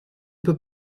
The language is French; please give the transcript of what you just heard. peut